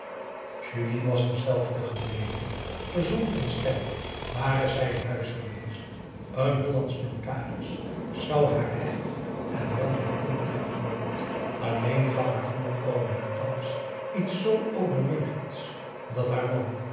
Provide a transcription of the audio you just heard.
julie was dezelfde gebleven gezond en sterk ware zij een huis geweest een hollandsch notaris zou haar hecht en weldoortimmerd hebben genoemd alleen gaf haar voorkomen haar thans iets zoo overwegends dat haar man